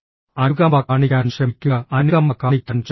അനുകമ്പ കാണിക്കാൻ ശ്രമിക്കുക അനുകമ്പ കാണിക്കാൻ ശ്രമിക്കുക